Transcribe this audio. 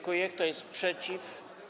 Kto jest przeciw?